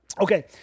Okay